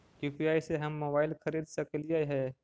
UPI से हम mobile खरिद सकलिऐ है